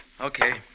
Okay